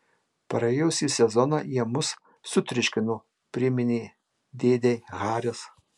praėjusį sezoną jie mus sutriuškino priminė dėdei haris